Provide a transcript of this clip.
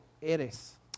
eres